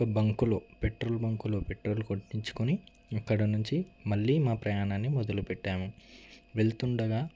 ఒక బంకులో పెట్రోల్ బంక్లో పెట్రోల్ కొట్టించుకుని అక్కడ నుంచి మళ్ళీ మా ప్రయాణాన్ని మొదలుపెట్టాము వెళ్తుండగా